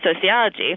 Sociology